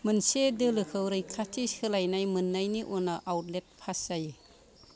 मोनसे दोलोखौ रैखाथि सोलायनाय मोननायनि उनाव आउटलेट पास जायो